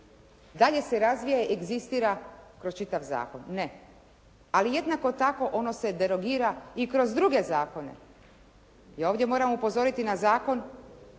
dalje se razvija i egzistira kroz čitav zakon. Ne. Ali jednako tako ono se derogira i kroz druge zakone. Ja ovdje moram upozoriti na Zakon